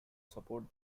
support